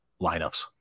lineups